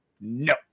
no